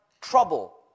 trouble